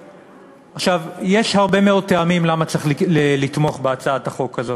יש הרבה מאוד טעמים למה צריך לתמוך בהצעת החוק הזאת.